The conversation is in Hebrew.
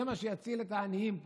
זה מה שיציל את העניים פה.